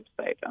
website